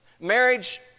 Marriage